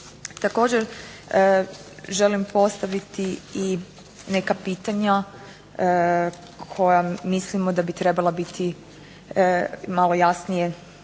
Također želim postaviti i neka pitanja koja mislimo da bi trebala biti malo jasnije